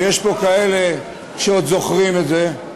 ויש פה כאלה שעוד זוכרים את זה: